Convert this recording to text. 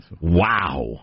Wow